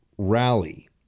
rally